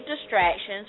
distractions